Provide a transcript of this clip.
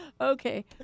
Okay